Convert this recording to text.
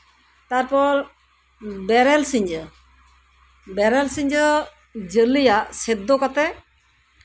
ᱛᱟᱨᱯᱚᱨ ᱵᱮᱨᱮᱞ ᱥᱤᱸᱡᱳ ᱵᱮᱨᱮᱞ ᱥᱤᱸᱡᱳ ᱡᱟᱞᱤᱭᱟᱜ ᱥᱤᱫᱽᱫᱳ ᱠᱟᱛᱮᱜ